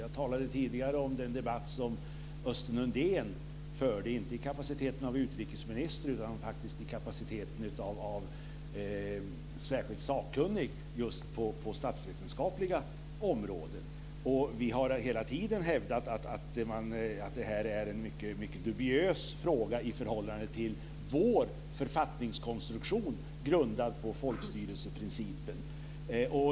Jag talade tidigare om den debatt som Östen Undén förde, inte i kapacitet av utrikesminister utan av särskilt sakkunnig på det statsvetenskapliga området. Vi har hela tiden hävdat att det här är en dubiös fråga i förhållande till vår författningskonstruktion, grundad på folkstyrelseprincipen.